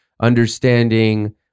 understanding